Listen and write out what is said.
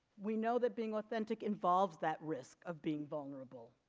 we know that being authentic involves that risk of being vulnerable